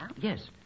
Yes